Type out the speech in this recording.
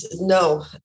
no